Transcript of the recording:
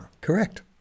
Correct